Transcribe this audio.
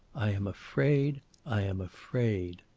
i am afraid i am afraid.